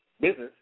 business